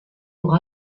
pour